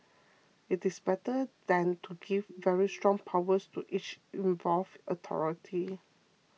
it is better than to give very strong powers to each involved authority